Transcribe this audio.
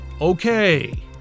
okay